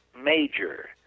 major